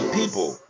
people